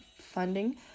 funding